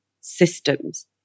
systems